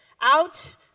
out